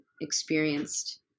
experienced